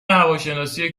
هواشناسی